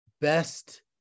best